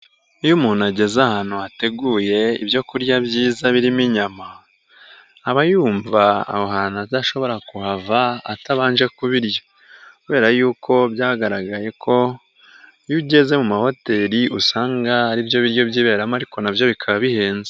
Iyo umuntu ageze ahantu hateguye ibyo kurya byiza birimo inyama, aba yumva aho hantu adashobora kuhava atabanje kubirya kubera yuko byagaragaye ko iyo ugeze mu ma Hoteli, usanga aribyo biryo byiberamo ariko nabyo bikaba bihenze.